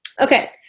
Okay